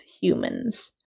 humans